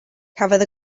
cafodd